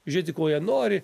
žiūrėti ko jie nori